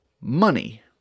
money